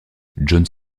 jones